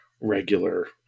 regular